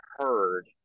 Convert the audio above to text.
heard